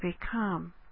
become